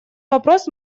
вопрос